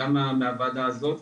גם מהוועדה הזאת,